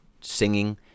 singing